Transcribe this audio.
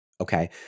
Okay